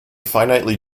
finitely